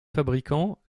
fabricant